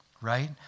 Right